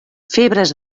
febres